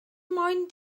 moyn